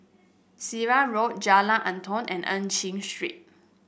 Sirat Road Jalan Antoi and Eu Chin Street